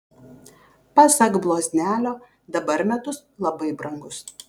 pasak bloznelio dabar medus labai brangus